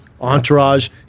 Entourage